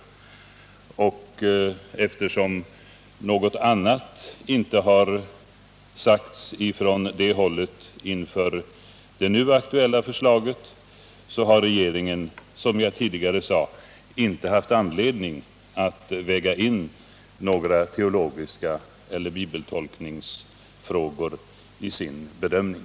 Eftersom något annat inte har sagts från det hållet inför det nu aktuella förslaget, har regeringen — som jag tidigare anfört — inte haft anledning att väga in några bibeltolkningsfrågor eller andra teologiska frågor i sin bedömning.